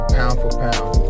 pound-for-pound